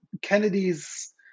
Kennedy's